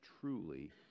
truly